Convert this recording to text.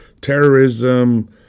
terrorism